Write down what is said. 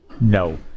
No